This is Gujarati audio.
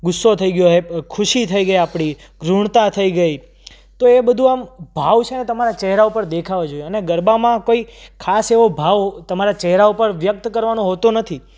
ગુસ્સો થઈ ગયો ખુશી થઈ ગઈ આપણી ઋણતા થઈ ગઈ તો એ બધું આમ ભાવ છે ને તમારા ચહેરા ઉપર દેખાવો જોઈએ અને ગરબામાં કોઈ ખાસ એવો ભાવ તમારા ચહેરા ઉપર વ્યક્ત કરવાનો હોતો નથી